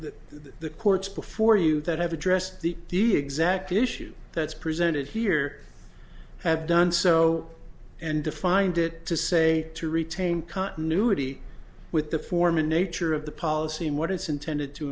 that the courts before you that have addressed the the exact issue that's presented here have done so and defined it to say to retain continuity with the form in nature of the policy and what it's intended to